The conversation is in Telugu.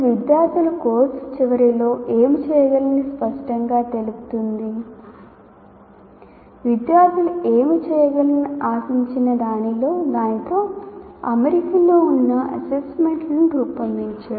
విద్యార్థులు ఏమి చేయగలరని ఆశించిన దానితో అమరికలో ఉన్న అసెస్మెంట్లను రూపొందించడం